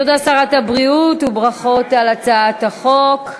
תודה, שרת הבריאות, וברכות על הצעת החוק.